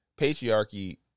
Patriarchy